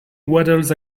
waddles